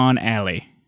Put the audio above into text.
Alley